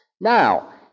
Now